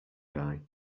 guy